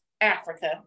Africa